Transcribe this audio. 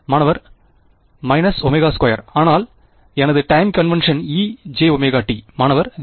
மாணவர் ω2 ஆனால் எனது டைம் கன்வென்சன் ejωt மாணவர் jω